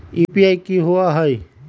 UPI कि होअ हई?